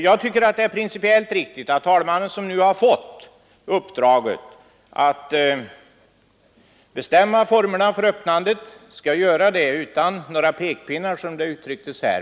Jag tycker det är principiellt riktigt att talmannen, som nu har fått uppdraget att bestämma formerna för öppnandet, skall göra det utan några pekpinnar — som det här har sagts.